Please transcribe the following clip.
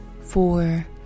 four